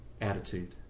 attitude